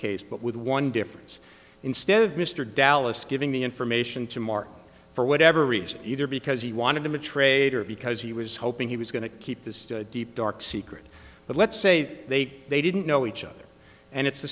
case but with one difference instead of mr dallas giving the information to mark for whatever reason either because he wanted to trade or because he was hoping he was going to keep this deep dark secret but let's say they they didn't know each other and it's the